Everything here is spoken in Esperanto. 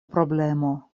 problemo